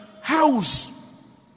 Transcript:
house